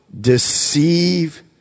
deceive